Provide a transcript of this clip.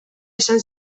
esan